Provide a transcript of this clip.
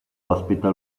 ospita